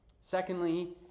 Secondly